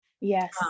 Yes